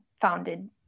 founded